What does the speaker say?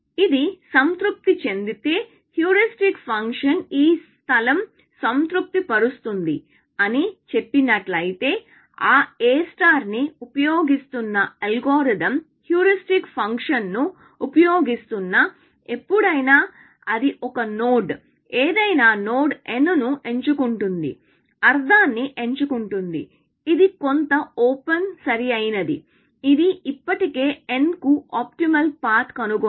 ఇది సంతృప్తి చెందితే హ్యూరిస్టిక్ ఫంక్షన్ ఈ స్థలం సంతృప్తి పరుస్తుంది అని చెప్పినట్లయితే ఆ A ని ఉపయోగిస్తున్న అల్గోరిథం హ్యూరిస్టిక్ ఫంక్షన్ను ఉపయోగిస్తున్న ఎప్పుడైనా అది ఒక నోడ్ ఏదైనా నోడ్ n ను ఎంచుకుంటుంది అర్ధాన్ని ఎంచుకుంటుంది ఇది కొంత ఓపెన్ సరియైనది ఇది ఇప్పటికే n కు ఆప్టిమల్ పాత్ కనుగొంది